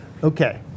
Okay